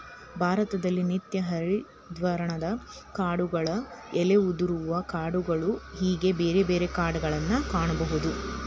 ಭಾರತದಲ್ಲಿ ನಿತ್ಯ ಹರಿದ್ವರ್ಣದ ಕಾಡುಗಳು ಎಲೆ ಉದುರುವ ಕಾಡುಗಳು ಹೇಗೆ ಬೇರೆ ಬೇರೆ ಕಾಡುಗಳನ್ನಾ ಕಾಣಬಹುದು